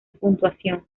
puntuación